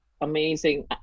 amazing